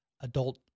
adult